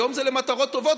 היום זה למטרות טובות,